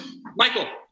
Michael